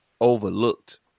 overlooked